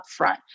upfront